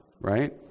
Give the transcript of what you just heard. right